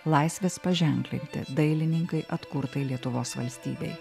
laisvės paženklinti dailininkai atkurtai lietuvos valstybei